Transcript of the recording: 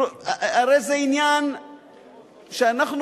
הרי זה עניין שאנחנו